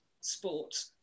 sport